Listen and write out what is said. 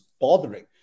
bothering